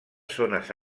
zones